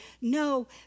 no